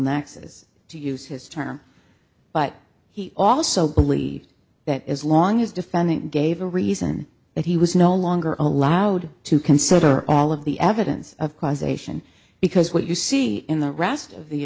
axis to use his term but he also believed that as long as defendant gave a reason that he was no longer allowed to consider all of the evidence of causation because what you see in the rest of the